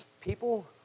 people